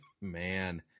Man